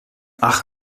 ach